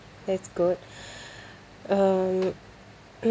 that's good um